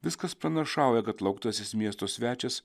viskas pranašauja kad lauktasis miesto svečias